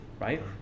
right